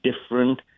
different